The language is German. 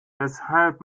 weshalb